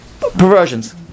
perversions